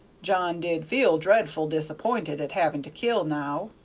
john did feel dreadful disappointed at having to kill now,